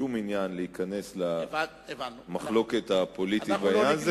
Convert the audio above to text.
שום עניין להיכנס למחלוקת הפוליטית בעניין הזה.